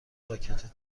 راکت